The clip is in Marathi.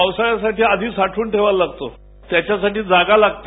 पावसाळ्यासाठी आधी साठवून ठेवावा लागतो त्याच्यासाठी जागा लागते